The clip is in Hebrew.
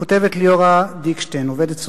כותבת ליאורה דיקשטיין, עובדת סוציאלית: